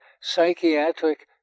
psychiatric